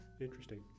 Interesting